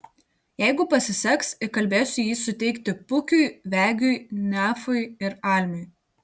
jeigu pasiseks įkalbėsiu jį suteikti pukiui vegiui nefui ir almiui